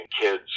kids